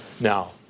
Now